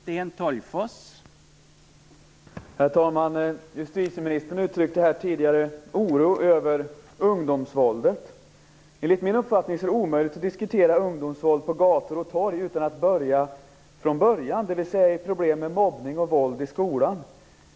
Herr talman! Justitieministern uttryckte tidigare oro över ungdomsvåldet. Enligt min uppfattning är det omöjligt att diskutera ungdomsvåld på gator och torg utan att börja från början, dvs. i problem med mobbning och våld i skolan.